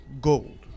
gold